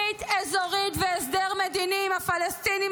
ברית אזורית והסדר מדיני עם הפלסטינים